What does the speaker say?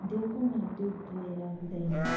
डोकोमा दुध दुहेर हुँदैन